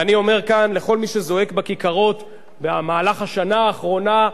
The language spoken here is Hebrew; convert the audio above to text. ואני אומר כאן לכל מי שזועק בכיכרות במהלך השנה האחרונה: